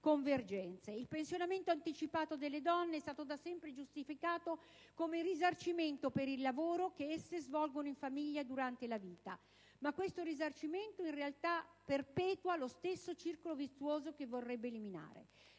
Il pensionamento anticipato delle donne è stato da sempre giustificato come risarcimento per il lavoro che esse svolgono in famiglia durante la vita. Ma questo risarcimento, in realtà, perpetua lo stesso circolo vizioso che vorrebbe eliminare.